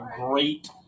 great